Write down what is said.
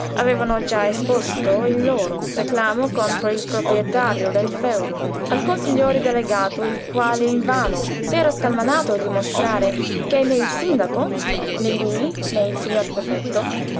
avevano già esposto il loro reclamo contro il proprietario del fèudo al consigliere delegato il quale invano s'era scalmanato a dimostrare che né il sindaco né lui né il signor prefetto